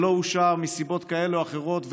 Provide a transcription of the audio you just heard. שלא אושר מסיבות כאלה או אחרות,